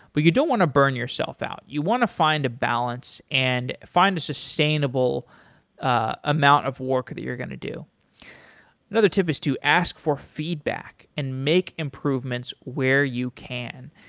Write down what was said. but you don't want to burn yourself out. you want to find the balance and find a sustainable amount of work that you're going to do another tip is to ask for feedback and make improvements where you can.